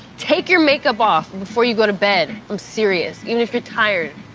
take your makeup off and before you go to bed. i'm serious, even if you're tired.